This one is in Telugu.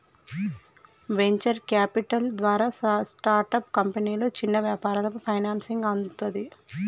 వెంచర్ క్యాపిటల్ ద్వారా స్టార్టప్ కంపెనీలు, చిన్న వ్యాపారాలకు ఫైనాన్సింగ్ అందుతది